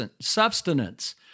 substance